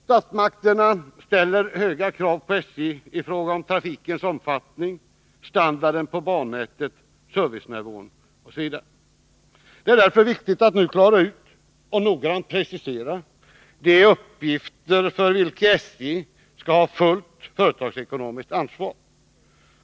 Statsmakterna ställer höga krav på SJ i fråga om trafikens omfattning, standarden på bannätet, servicenivån osv. Det är därför viktigt att nu klara ut och noggrant precisera de uppgifter för vilka SJ skall ha fullt företagsekonomiskt ansvar.